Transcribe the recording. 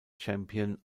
champion